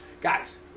Guys